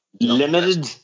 Limited